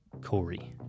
Corey